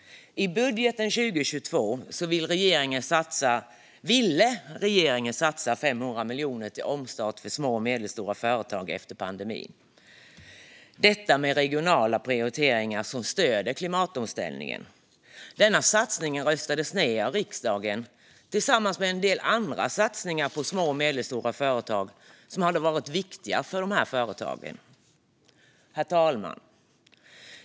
I budgeten för 2022 ville regeringen satsa 500 miljoner till omstart för små och medelstora företag efter pandemin genom regionala prioriteringar som stöder klimatomställningen. Denna satsning röstades ned av riksdagen tillsammans med en del andra satsningar på små och medelstora företag som hade varit viktiga för de här företagen. Herr talman!